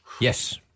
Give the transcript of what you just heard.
Yes